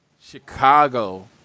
Chicago